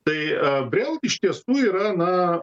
tai a brel iš tiesų yra na